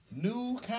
New